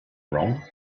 wrong